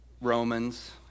Romans